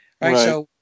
right